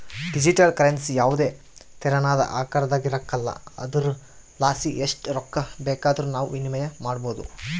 digital currency ಯಾವುದೇ ತೆರನಾದ ಆಕಾರದಾಗ ಇರಕಲ್ಲ ಆದುರಲಾಸಿ ಎಸ್ಟ್ ರೊಕ್ಕ ಬೇಕಾದರೂ ನಾವು ವಿನಿಮಯ ಮಾಡಬೋದು